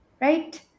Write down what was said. Right